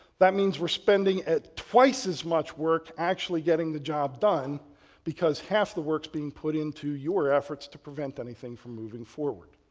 that means we're spending twice as much work actually getting the job done because half the work's being put into your efforts to prevent anything from moving forward.